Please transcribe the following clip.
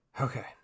Okay